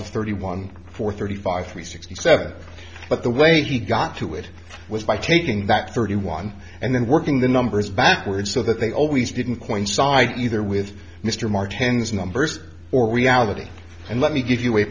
of thirty one for thirty five three sixty seven but the way he got to it was by taking that thirty one and then working the numbers backwards so that they always didn't point side either with mr martins numbers or reality and let me give you a